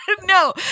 No